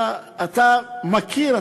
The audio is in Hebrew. אתה מכיר,